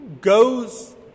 goes